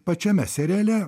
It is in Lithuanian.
pačiame seriale